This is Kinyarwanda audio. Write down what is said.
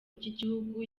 ry’igihugu